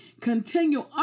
continue